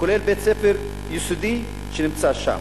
כולל בית-ספר יסודי שנמצא שם,